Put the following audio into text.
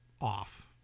off